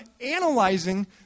analyzing